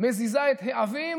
מזיזה את העבים